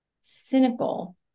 cynical